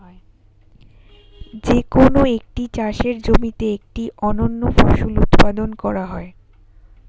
যে কোন একটি চাষের জমিতে একটি অনন্য ফসল উৎপাদন করা হয়